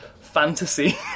fantasy